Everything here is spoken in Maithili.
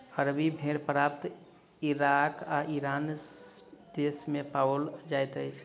अरबी भेड़ प्रायः इराक आ ईरान देस मे पाओल जाइत अछि